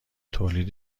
تولید